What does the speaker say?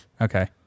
okay